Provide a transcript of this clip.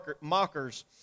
mockers